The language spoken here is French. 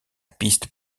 piste